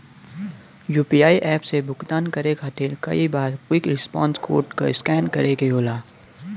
UPI app से भुगतान करे खातिर कई बार क्विक रिस्पांस कोड क स्कैन करे क होला